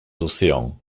océans